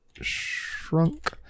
shrunk